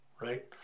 right